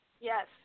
Yes